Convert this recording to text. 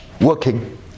working